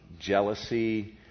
jealousy